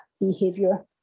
behavior